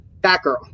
Batgirl